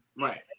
Right